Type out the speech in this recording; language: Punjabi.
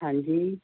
ਹਾਂਜੀ